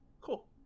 cool